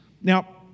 Now